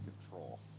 control